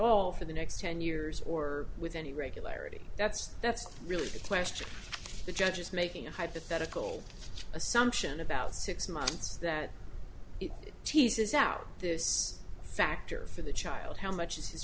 all for the next ten years or with any regularity that's that's really the question the judge is making a hypothetical assumption about six months that it teases out this factor for the child how much is his